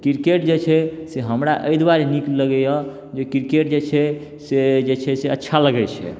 cricket जे छै से हमरा एहि दुआरे नीक लगैया जे क्रिकेट जे छै से जे छै से अच्छा लगैत छै